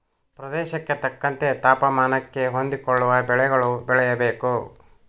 ಪ್ರದೇಶಕ್ಕೆ ತಕ್ಕಂತೆ ತಾಪಮಾನಕ್ಕೆ ಹೊಂದಿಕೊಳ್ಳುವ ಬೆಳೆಗಳು ಬೆಳೆಯಬೇಕು